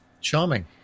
Charming